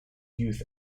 youth